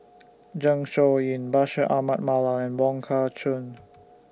Zeng Shouyin Bashir Ahmad Mallal and Wong Kah Chun